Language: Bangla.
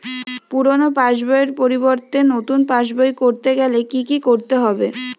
পুরানো পাশবইয়ের পরিবর্তে নতুন পাশবই ক রতে গেলে কি কি করতে হবে?